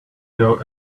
know